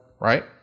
Right